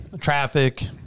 traffic